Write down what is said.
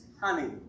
honey